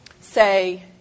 say